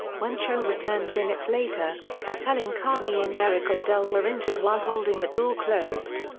when cho returned minutes later, katelyn carney and derek o'dell were injured while holding the door closed.